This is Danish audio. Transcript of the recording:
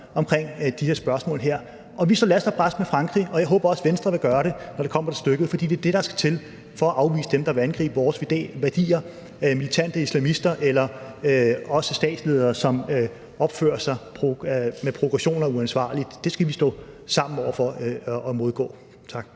om de her spørgsmål, og vi står last og brast med Frankrig, og jeg håber også, at Venstre vil gøre det, når det kommer til stykket. For det er det, der skal til, for at afvise dem, der vil angribe vores værdier, f.eks. militante islamister eller statsledere, som opfører sig med provokation og uansvarligt. Det skal vi stå sammen over for og modgå. Tak.